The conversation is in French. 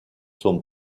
sont